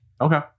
Okay